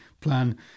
plan